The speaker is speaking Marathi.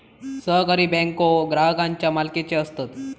सहकारी बँको ग्राहकांच्या मालकीचे असतत